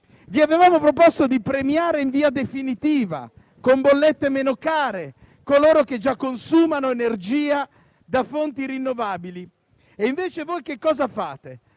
Vi avevamo proposto di premiare in via definitiva, con bollette meno care, coloro che già consumano energia da fonti rinnovabili. Invece voi cosa fate?